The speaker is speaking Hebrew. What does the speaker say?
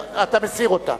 אתה מסיר אותה.